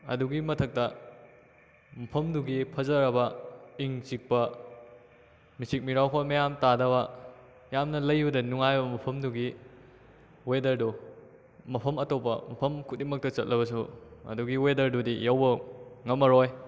ꯑꯗꯨꯒꯤ ꯃꯊꯛꯇ ꯃꯐꯝꯗꯨꯒꯤ ꯐꯖꯔꯕ ꯏꯪ ꯆꯤꯛꯄ ꯃꯤꯆꯤꯛ ꯃꯤꯔꯥꯎꯈꯣꯜ ꯃꯌꯥꯝ ꯇꯥꯗꯕ ꯌꯥꯝꯅ ꯂꯩꯕꯗ ꯅꯨꯡꯉꯥꯏꯕ ꯃꯐꯝꯗꯨꯒꯤ ꯋꯦꯗꯔꯗꯨ ꯃꯐꯝ ꯑꯇꯣꯞꯄ ꯃꯐꯝ ꯈꯨꯗꯤꯡꯃꯛꯇ ꯆꯠꯂꯕꯁꯨ ꯑꯗꯨꯒꯤ ꯋꯦꯗꯔꯗꯨꯗꯤ ꯌꯧꯕ ꯉꯝꯃꯔꯣꯏ